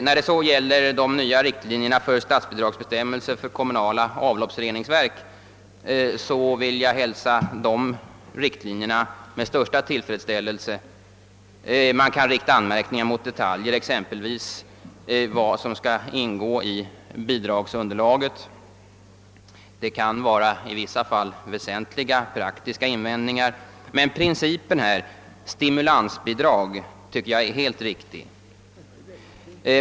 Vad sedan gäller de nya riktlinjerna för statsbidragsbestämmelser för kommunala avloppsreningsverk hälsar jag dem med största tillfredsställelse. Man kan rikta anmärkningar mot detaljer, exempelvis mot begränsningen i vad som föreslås skola ingå i bidragsunderlaget. Det kan i vissa fall vara fråga om väsentliga praktiska invändningar men jag tycker att principen, d.v.s. renodlade stimulansbidrag, är helt riktig.